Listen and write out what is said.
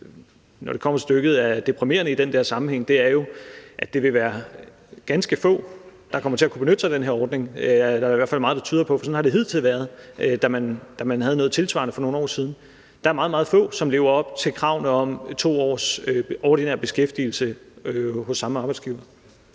når det kommer til stykket, er deprimerende i den der sammenhæng, er jo, at det vil være ganske få, der kommer til at kunne benytte sig af den her ordning. Det er der i hvert fald meget der tyder på, for sådan har det hidtil været, da man havde noget tilsvarende for nogle år siden. Der er meget, meget få, som lever op til kravet om 2 års ordinær beskæftigelse hos samme arbejdsgiver.